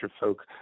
Folk